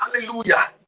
hallelujah